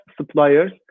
suppliers